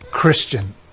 Christian